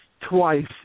twice